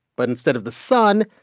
but instead of the sun,